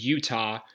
Utah